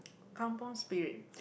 kampung Spirit